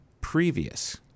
previous